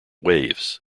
waves